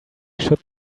should